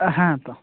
ᱦᱮᱸ ᱛᱚ